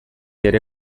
ere